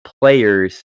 players